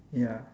ya